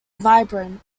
vibrant